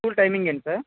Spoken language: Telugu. స్కూల్ టైమింగ్ ఏంటి సార్